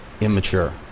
immature